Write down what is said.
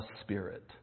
Spirit